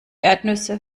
erdnüsse